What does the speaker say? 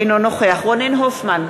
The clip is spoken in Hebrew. אינו נוכח רונן הופמן,